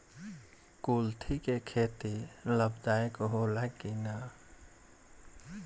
कुलथी के खेती लाभदायक होला कि न?